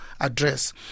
address